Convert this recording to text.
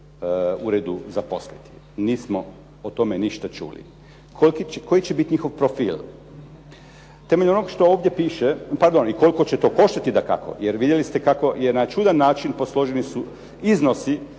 uredu zaposliti? Nismo o tome ništa čuli. Koji će biti njihov profil? Temeljem onog što ovdje piše, pardon i koliko će to koštati dakako. Jer vidjeli ste kako je na čudan način posloženi su iznosi